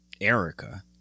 erica